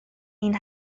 این